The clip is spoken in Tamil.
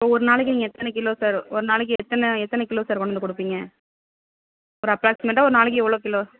ஒரு நாளைக்கு நீங்கள் எத்தனை கிலோ சார் ஒர் நாளைக்கு எத்தனை எத்தனை கிலோ சார் கொண்டு வந்து கொடுப்பிங்க ஒரு அப்ராக்சிமேட்டாக ஒரு நாளைக்கு எவ்வளோ கிலோ